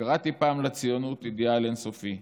"קראתי פעם לציונות אידיאל אין-סופי,